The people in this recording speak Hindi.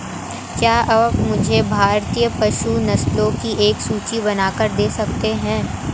क्या आप मुझे भारतीय पशु नस्लों की एक सूची बनाकर दे सकते हैं?